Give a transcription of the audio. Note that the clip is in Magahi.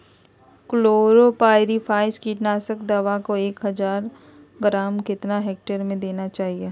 क्लोरोपाइरीफास कीटनाशक दवा को एक हज़ार ग्राम कितना हेक्टेयर में देना चाहिए?